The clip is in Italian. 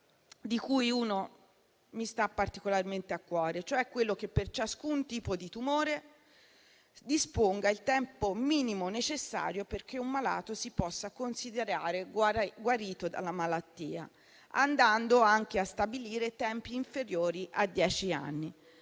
dei quali mi sta particolarmente a cuore, e cioè quello che per ciascun tipo di tumore disponga il tempo minimo necessario perché un malato si possa considerare guarito dalla malattia, andando anche a stabilire tempi inferiori a dieci anni.